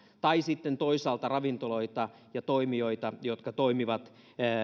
tai sitten toisaalta ravintoloita ja toimijoita jotka toimivat